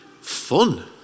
Fun